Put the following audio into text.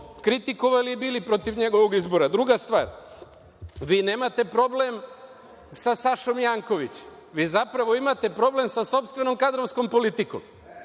kritikovali i bili protiv njegovog izbora. Druga stvar, vi nemate problem sa Sašom Jankovićem, vi zapravo imate problem sa sopstvenom kadrovskom politikom.